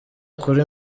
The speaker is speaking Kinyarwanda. kuri